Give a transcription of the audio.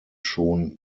schon